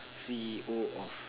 C_E_O of